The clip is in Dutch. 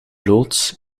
loods